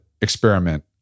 experiment